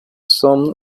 some